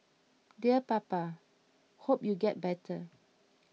dear Papa hope you get better